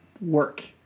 work